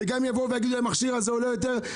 וגם אם יבואו ויגידו לי שהמכשיר הזה עולה יותר,